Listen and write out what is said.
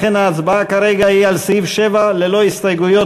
לכן ההצבעה כרגע היא על סעיף 7 ללא הסתייגויות,